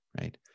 right